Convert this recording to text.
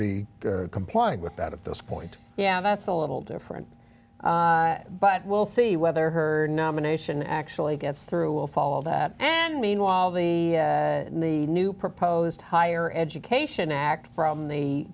be complying with that at this point yeah that's a little different but we'll see whether her nomination actually gets through will fall that and meanwhile the the new proposed higher education act from the